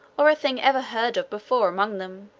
or a thing ever heard of before among them